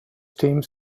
teams